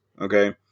Okay